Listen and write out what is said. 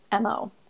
MO